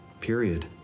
period